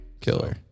Killer